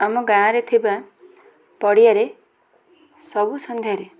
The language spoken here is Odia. ଆମ ଗାଁରେ ଥିବା ପଡ଼ିଆରେ ସବୁ ସନ୍ଧ୍ୟାରେ